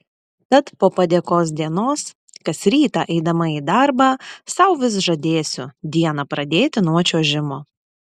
tad po padėkos dienos kas rytą eidama į darbą sau vis žadėsiu dieną pradėti nuo čiuožimo